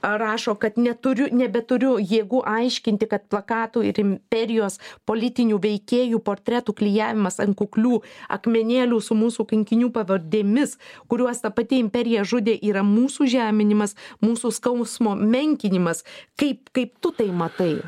rašo kad neturiu nebeturiu jėgų aiškinti kad plakatų ir imperijos politinių veikėjų portretų klijavimas ant kuklių akmenėlių su mūsų kankinių pavardėmis kuriuos ta pati imperija žudė yra mūsų žeminimas mūsų skausmo menkinimas kaip kaip tu tai matai